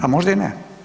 A možda i ne.